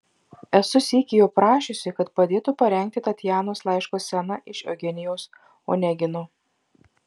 esu sykį jo prašiusi kad padėtų parengti tatjanos laiško sceną iš eugenijaus onegino